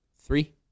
three